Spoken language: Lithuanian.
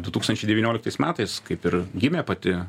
du tūkstančiai devynioliktais metais kaip ir gimė pati